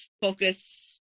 focus